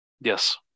yes